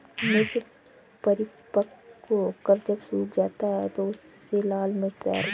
मिर्च परिपक्व होकर जब सूख जाता है तो उससे लाल मिर्च तैयार होता है